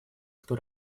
кто